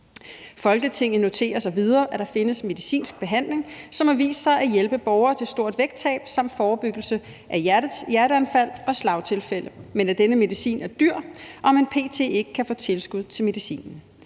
Folketinget noterer sig videre, at der findes medicinsk behandling, som har vist sig at hjælpe borgere til store vægttab samt forebyggelse af hjerteanfald og slagtilfælde, men at denne medicin er dyr, og at man p.t. ikke kan få tilskud til medicinen.